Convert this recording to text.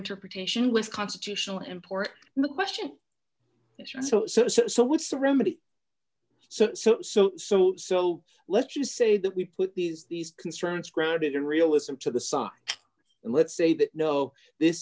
interpretation was constitutional import the question this was so so so so what's the remedy so so so so so let's just say that we put these these concerns grounded in realism to the sun and let's say that no this